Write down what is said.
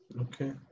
okay